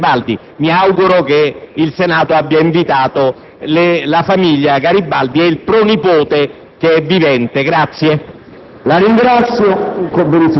del generale Giuseppe Garibaldi. Mi auguro che il Senato abbia invitato la famiglia Garibaldi e il pronipote che è vivente. **Sui